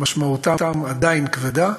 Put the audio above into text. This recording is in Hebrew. ומשמעותם עדיין כבדה,